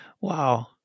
Wow